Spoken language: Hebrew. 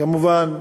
כמובן,